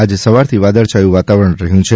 આજ સવારથી વાદળછાયું વાતાવરણ રહ્યું છે